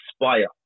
inspire